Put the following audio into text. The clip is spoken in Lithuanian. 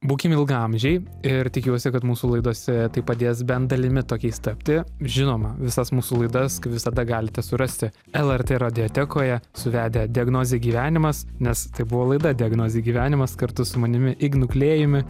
būkim ilgaamžiai ir tikiuosi kad mūsų laidose tai padės bent dalimi tokiais tapti žinoma visas mūsų laidas kaip visada galite surasti lrt radiotekoje suvedę diagnozė gyvenimas nes tai buvo laida diagnozė gyvenimas kartu su manimi ignu klėjumi